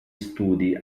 studi